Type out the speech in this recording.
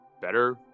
better